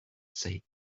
said